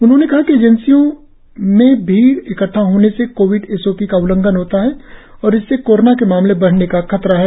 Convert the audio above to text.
उन्होंने कहा कि एजेंसियों में भीड़ इकट्ठा होने से कोविड एस ओ पी का उल्लंघन होता है और इससे कोरोना के मामले बढ़ने का खतरा है